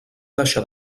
deixar